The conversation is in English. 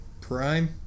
Prime